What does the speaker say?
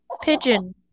Pigeon